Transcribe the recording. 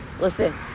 Listen